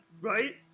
right